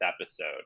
episode